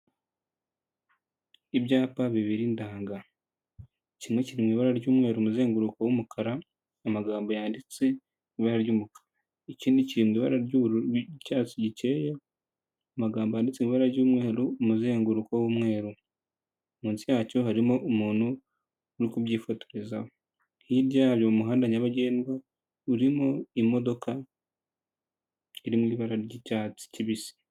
ibyapa bibiri ndanga kimwe kiri mu ibara ry'umweru, umuzenguruko w'umukara amagambo yanditse mu ibara ry'umukara, ikindi kiri mu ibara ry'ubururu ry'icyatsi gikeya amagambo yanditse ibara ry'umweru umuzenguruko w'umweru munsi yacyo harimo umuntu uri kubyifotorezaho, hirya yabyo mumuhanda nyabagendwa urimo imodoka iri mu ibara ry'icyatsi kibisi.